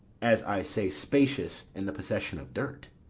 as i say, spacious in the possession of dirt.